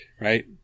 right